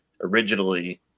originally